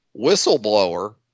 whistleblower